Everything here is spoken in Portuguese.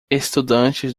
estudantes